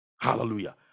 hallelujah